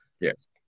Yes